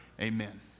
Amen